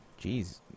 Jeez